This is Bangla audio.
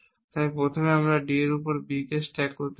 তাই প্রথমে আমি D এর উপর B স্ট্যাক করতে চাই